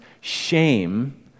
shame